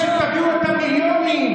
וכותב שתביאו את המיליונים.